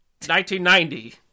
1990